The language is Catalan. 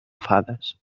fades